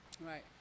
right